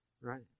right